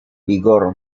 vigor